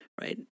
right